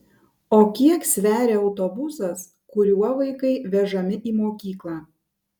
o kiek sveria autobusas kuriuo vaikai vežami į mokyklą